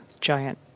giant